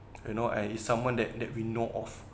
you know and it's someone that that we know of